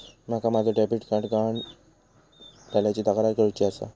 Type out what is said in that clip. माका माझो debit card गहाळ झाल्याची तक्रार करुची आसा